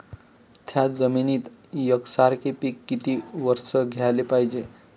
थ्याच जमिनीत यकसारखे पिकं किती वरसं घ्याले पायजे?